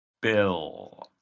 Bill